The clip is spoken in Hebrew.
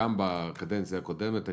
גם בקדנציה הקודמת,